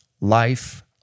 life